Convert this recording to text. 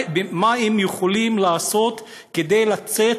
מה הם יכולים לעשות כדי לצאת